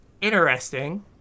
interesting